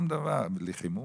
בלי חימום?